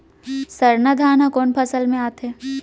सरना धान ह कोन फसल में आथे?